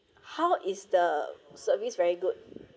how is the service very good